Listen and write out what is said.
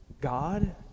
God